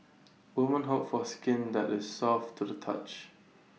woman hope for skin that is soft to the touch